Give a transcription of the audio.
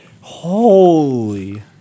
holy